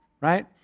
right